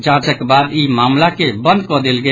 जांचक बाद ई मामिला के बंद कऽ देल गेल